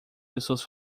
pessoas